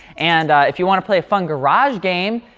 and if you want to play a fun garage game,